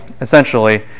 essentially